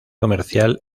comercial